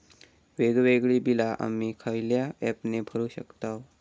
वेगवेगळी बिला आम्ही खयल्या ऍपने भरू शकताव?